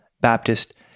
Baptist